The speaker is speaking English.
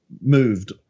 moved